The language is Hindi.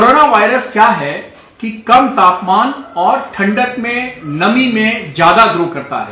कोरोना वायरस क्या है कि कम तापमान और ठंडक में नमी में ज्यादा रू करता है